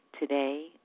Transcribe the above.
Today